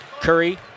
Curry